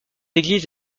église